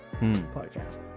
podcast